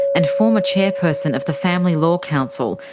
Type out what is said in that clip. and former chairperson of the family law council,